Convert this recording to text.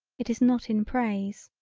it is not in praise.